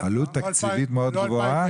עלות תקציבית מאוד גבוהה?